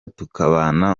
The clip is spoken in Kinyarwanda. tukabana